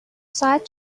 ساعت